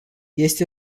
este